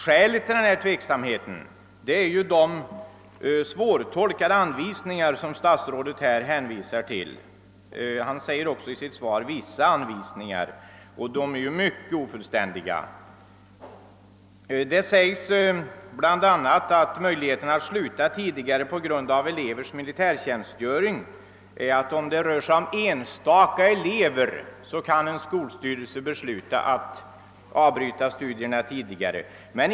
Skälet till denna tveksamhet är de svårtolkade anvisningar som statsrådet hänvisar till. Han säger i sitt svar »Vissa anvisningar» och dessa anvisningar är mycket ofullständiga. Det sägs bl.a. beträffande möjligheten att sluta tidigare på grund av elevers militärtjänstgöring att om det rör sig om »enstaka elever» skall inte en skolstyrelse besluta att avsluta kursen tidigare.